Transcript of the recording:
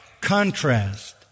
contrast